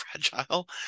fragile